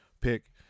pick